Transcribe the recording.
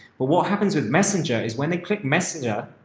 but what happens with messenger is when they click messenger,